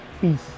Peace